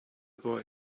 boy